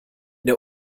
der